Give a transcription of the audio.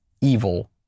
evil